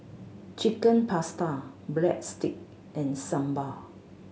Chicken Pasta Breadstick and Sambar